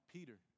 Peter